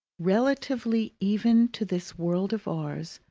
relatively even to this world of ours,